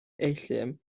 euthum